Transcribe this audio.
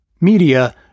media